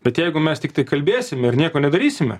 bet jeigu mes tiktai kalbėsim ir nieko nedarysime